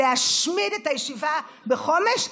להשמיד את הישיבה בחומש,